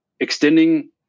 extending